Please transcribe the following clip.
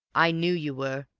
i knoo you were,